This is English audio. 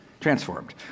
Transformed